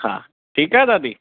हा ठीकु आहे दादी